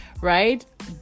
right